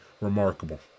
remarkable